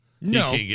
No